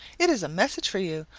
it is a message for you.